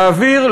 להעביר,